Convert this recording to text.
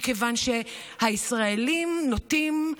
מכיוון שהישראלים נוטים,